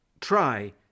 Try